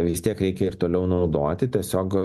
vis tiek reikia ir toliau naudoti tiesiog